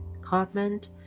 comment